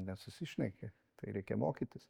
nesusišneki tai reikia mokytis